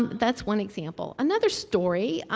that's one example. another story,